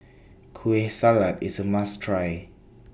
Kueh Salat IS A must Try